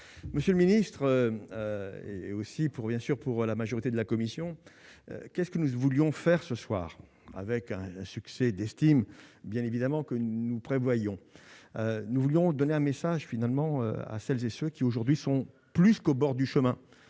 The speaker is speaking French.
monsieur le ministre, et aussi pour bien sûr pour la majorité de la commission, qu'est ce que nous voulions faire ce soir avec un succès d'estime bien évidemment que nous prévoyons, nous voulons donner un message finalement à celles et ceux qui aujourd'hui sont plus qu'au bord du chemin,